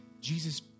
Jesus